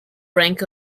rank